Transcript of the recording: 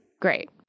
Great